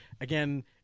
Again